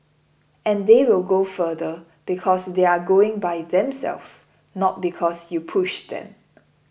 and they will go further because they are going by themselves not because you pushed them